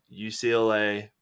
UCLA